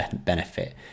benefit